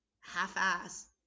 half-ass